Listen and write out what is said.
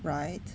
right